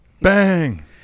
Bang